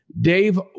Dave